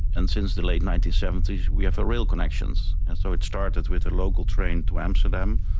and since the late nineteen seventy s we have rail connections. and so it started with a local train to amsterdam,